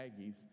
Aggies